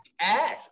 Ask